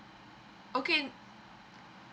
okay